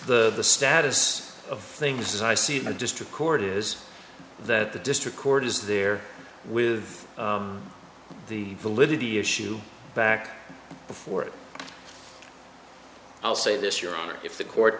the the status of things as i see the district court is that the district court is there with the validity issue back before it i'll say this your honor if the court